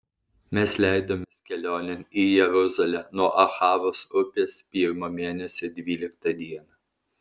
mes leidomės kelionėn į jeruzalę nuo ahavos upės pirmo mėnesio dvyliktą dieną